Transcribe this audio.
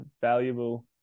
valuable